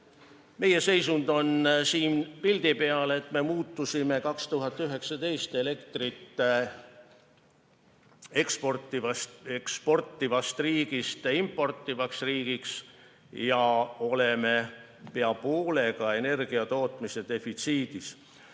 Meie seisund on siin pildi peal. Me muutusime 2019 elektrit eksportivast riigist importivaks riigiks ja oleme pea poole ulatuses energiatootmisega defitsiidis.